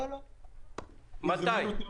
מתי?